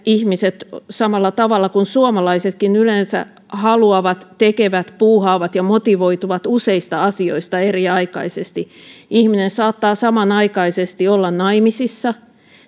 ihmiset samalla tavalla kuin suomalaisetkin yleensä haluavat tekevät puuhaavat ja motivoituvat useista asioista eriaikaisesti ihminen saattaa samanaikaisesti olla naimisissa